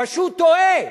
פשוט טועה.